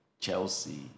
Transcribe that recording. chelsea